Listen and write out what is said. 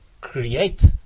create